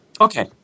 Okay